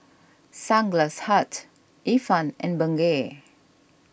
Sunglass Hut Ifan and Bengay